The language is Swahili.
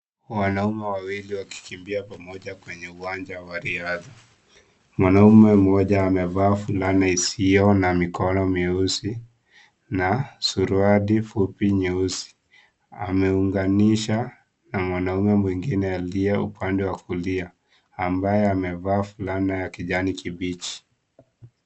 Wanaume wawili wakikimbia pamoja kwenye uwanja wa riadha. Mwanaume mmoja, amevaa fulana isiyo na mikono, meusi na suruali fupi nyeusi. Ameunganisha na mwanaume mwingine aliye upande wa kulia, ambaye amevaa fulana ya kijani kibichi.